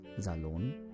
Salon